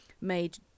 made